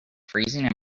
freezing